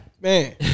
Man